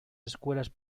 escuelas